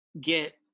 get